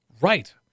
Right